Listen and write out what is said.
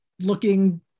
looking